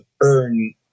earn